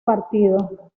partido